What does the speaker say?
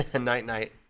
Night-night